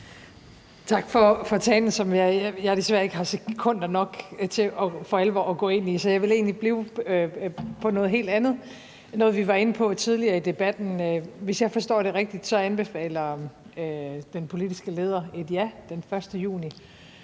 Tak for talen, som jeg desværre ikke har sekunder nok til for alvor at gå ind i, så jeg vil egentlig blive ved noget helt andet – noget, vi var inde på tidligere i debatten. Hvis jeg forstår det rigtigt, anbefaler den politiske leder et ja den 1. juni,